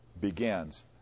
begins